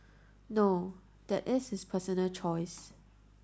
no that is his personal choice